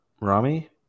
Rami